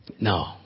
No